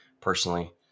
personally